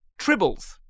tribbles